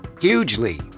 hugely